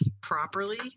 properly